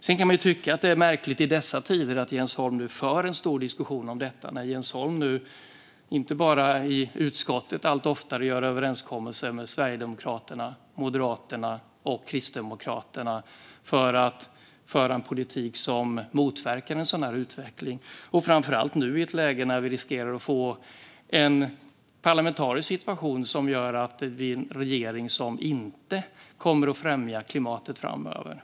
Sedan kan man i dessa tider tycka att det är märkligt att Jens Holm för en stor diskussion om detta när Jens Holm nu, inte bara i utskottet, allt oftare gör överenskommelser med Sverigedemokraterna, Moderaterna och Kristdemokraterna för att föra en politik som motverkar en sådan utveckling. Det sker framför allt nu i ett läge när vi riskerar att få en parlamentarisk situation med en regering som inte kommer att främja klimatet framöver.